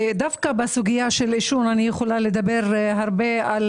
ודווקא בסוגית העישון אני יכולה לדבר הרבה על